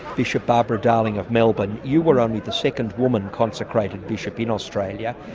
bishop barbara darling of melbourne, you were only the second woman consecrated bishop in australia. yeah